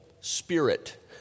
spirit